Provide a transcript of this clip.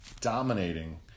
dominating